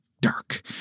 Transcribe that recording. dark